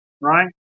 right